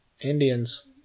Indians